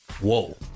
Whoa